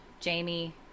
jamie